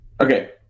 Okay